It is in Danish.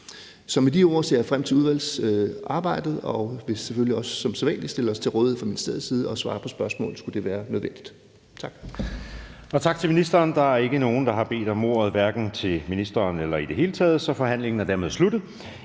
Med de ord ser jeg frem til udvalgsarbejdet, og vi vil selvfølgelig også som sædvanlig stille os til rådighed fra ministeriets side og svare på spørgsmål, hvis det skulle være nødvendigt. Tak.